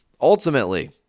Ultimately